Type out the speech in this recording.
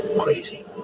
crazy